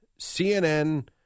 CNN